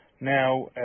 Now